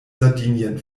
sardinien